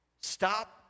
Stop